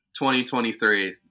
2023